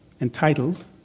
entitled